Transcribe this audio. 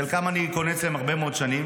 אצל חלקם אני קונה הרבה מאוד שנים,